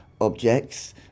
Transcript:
objects